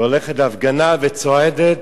והולכת להפגנה וצועדת